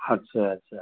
अच्छा अच्छा